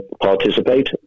participate